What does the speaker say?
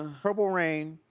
um purple rain,